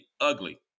ugly